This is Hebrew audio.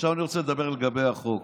עכשיו אני רוצה לדבר לגבי החוק.